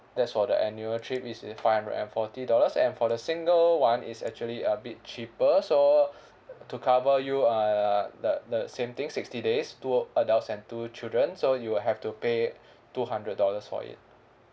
that's for the annual trip it is five hundred and forty dollars and for the single one it's actually a bit cheaper so to cover you uh the the same thing sixty days two adults and two children so you will have to pay two hundred dollars for it